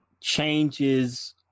changes